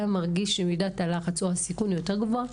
אתה מרגיש שמידת הלחץ או הסיכון גבוה יותר?